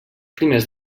primers